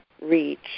reach